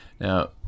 Now